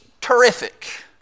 terrific